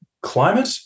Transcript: climate